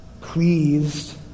pleased